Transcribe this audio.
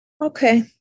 okay